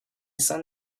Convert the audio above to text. sun